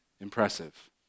impressive